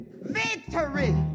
Victory